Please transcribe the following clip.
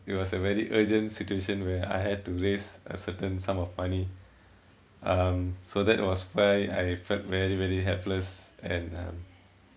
it was a very urgent situation where I had to raise a certain sum of money um so that was why I felt very very helpless and um